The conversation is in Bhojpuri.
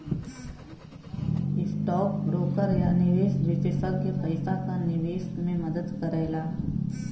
स्टौक ब्रोकर या निवेश विषेसज्ञ पइसा क निवेश में मदद करला